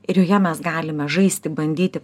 ir joje mes galime žaisti bandyti